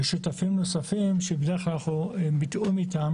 ושותפים נוספים שבדרך כלל אנחנו בתיאום אתם